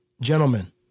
Gentlemen